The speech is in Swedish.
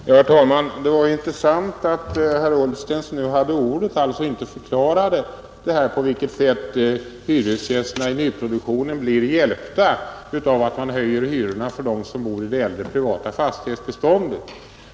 Herr talman! Det var intressant att notera att herr Ullsten, som nu hade ordet, inte förklarade på vilket sätt hyresgästerna i nyproduktionen blir hjälpta av att man höjer hyrorna för dem som bor i det äldre privata fastighetsbeståndet.